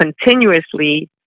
continuously